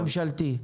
ממשלתי.